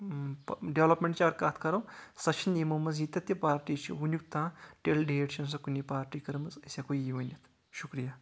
ڈیولپمنٹچ اَگر کَتھ کَرو سۄ چھےٚ نہٕ یِمو منٛز ییٖتیاہ تہِ پارٹی چھِ وُنیُک تام ٹِل ڈیٹ چھےٚ نہٕ سۄ کُنی پارٹی کرمٕژ أسۍ ہٮ۪کو یی ؤنِتھ شُکریا